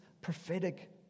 prophetic